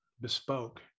bespoke